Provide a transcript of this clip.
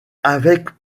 avec